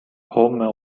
homme